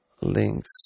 links